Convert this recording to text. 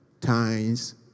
times